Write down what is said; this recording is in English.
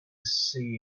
see